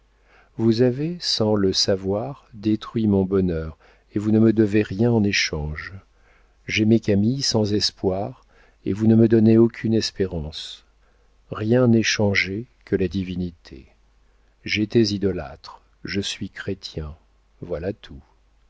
vous avez sans le savoir détruit mon bonheur et vous ne me devez rien en échange j'aimais camille sans espoir et vous ne me donnez aucune espérance rien n'est changé que la divinité j'étais idolâtre je suis chrétien voilà tout